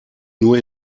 nur